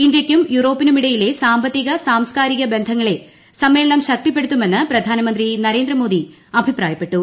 ഇന്തൃയ്ക്കും യൂറോപ്പിനുമിടയിലെ സാമ്പത്തിക സാംസ്കാരിക ബന്ധങ്ങളെ സമ്മേളനം ശക്തിപ്പെടുത്തുമെന്ന് പ്രധാനമന്ത്രി നരേന്ദ്രമോദി അഭിപ്രായപ്പെട്ടു